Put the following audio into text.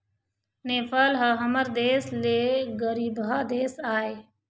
नेपाल ह हमर देश ले गरीबहा देश आय